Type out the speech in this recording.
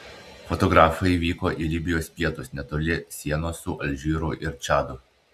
fotografai vyko į libijos pietus netoli sienos su alžyru ir čadu